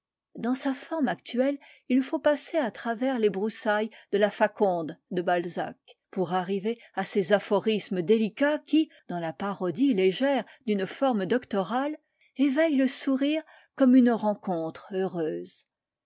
dans sa forme actuelle il faut passer à travers les broussailles de la faconde de balzac pour arriver à ces aphorismes délicats qui dans la parodie légère d'une forme doctorale éveillent le sourire comme une rencontre heureuse